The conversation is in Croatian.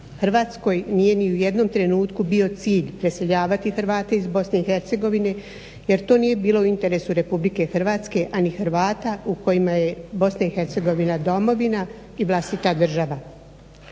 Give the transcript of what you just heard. Hrvatskoj nije ni u jednom trenutku bio cilj preseljavati Hrvate iz Bosne i Hercegovine jer to nije bilo u interesu Republike Hrvatske a ni Hrvata u kojima je Bosna i Hercegovina domovina i vlastita država.